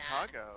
Chicago